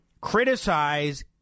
criticize